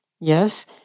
yes